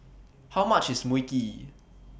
How much IS Mui Kee